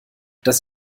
dass